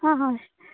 হয় হয়